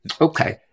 Okay